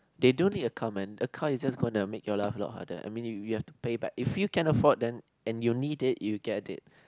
they don't need car men a car is just gonna make your life load like that and mean you you have to paid back if you can afford then and you need it and you get it